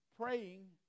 praying